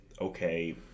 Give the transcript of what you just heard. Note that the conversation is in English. okay